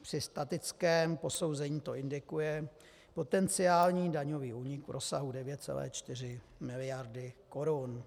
Při statickém posouzení to indikuje potenciální daňový únik v rozsahu 9,4 mld. korun.